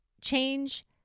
change